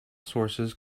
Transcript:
sources